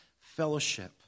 fellowship